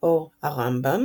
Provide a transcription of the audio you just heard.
או הרמב"ם